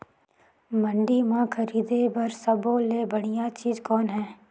मंडी म खरीदे बर सब्बो ले बढ़िया चीज़ कौन हे?